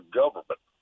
government